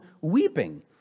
weeping